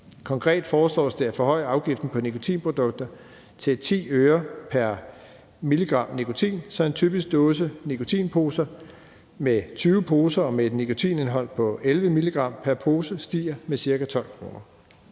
Konkret foreslås det at forhøje afgiften på nikotinprodukter til 10 øre pr. milligram nikotin, så en typisk dåse nikotinposer med 20 poser med et nikotinindhold på 11 mg pr. pose stiger med ca. 12 kr.